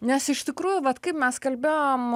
nes iš tikrųjų vat kaip mes kalbėjom